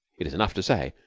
it is enough to say